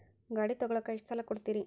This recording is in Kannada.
ಗಾಡಿ ತಗೋಳಾಕ್ ಎಷ್ಟ ಸಾಲ ಕೊಡ್ತೇರಿ?